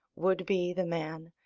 would be the man,